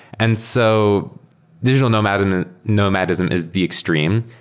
and so digital nomad and nomadism is the extreme,